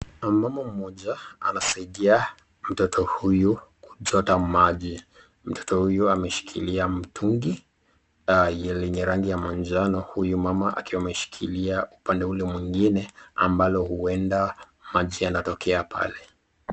Mama mmoja anasaidia mtoto huyu kuchota maji, mtoto huyu ameshikilia mtungi yenye rangi ya manjano huyu mama akiwa ameshikilia upande huyo mwingine ambalo huenda maji yanatokea pale.